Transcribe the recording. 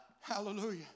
hallelujah